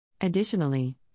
Additionally